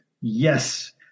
yes